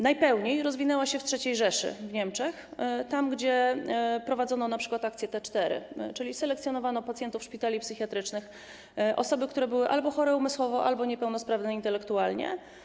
Najpełniej rozwinęła się w III Rzeszy, w Niemczech, gdzie prowadzono np. akcję T4, czyli selekcjonowano pacjentów szpitali psychiatrycznych, osoby, które były albo chore umysłowo, albo niepełnosprawne intelektualnie.